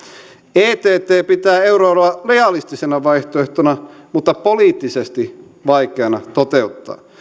ett pitää euroeroa realistisena vaihtoehtona mutta poliittisesti vaikeana toteuttaa